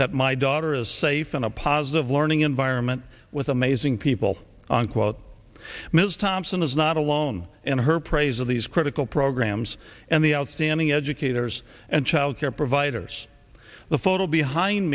that my daughter is safe in a positive learning environment with amazing people quote ms thompson is not alone in her praise of these critical programs and the outstanding educators and childcare providers the photo behind